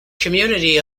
community